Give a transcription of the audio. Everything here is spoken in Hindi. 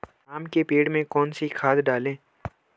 आम के पेड़ में कौन सी खाद डालें?